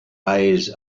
eyes